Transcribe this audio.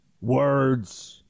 words